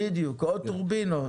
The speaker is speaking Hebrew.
בדיוק, עוד טורבינות.